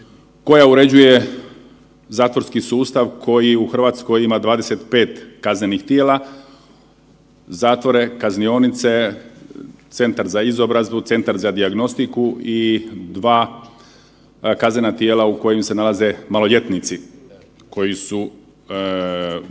koja uređuje zatvorski sustav koji u Hrvatskoj ima 25 kaznenih tijela, zatvore, kaznionice, centar za izobrazbu, centra za dijagnostiku i 2 kaznena tijela u kojima se nalaze maloljetnici koji su,